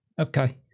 Okay